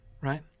right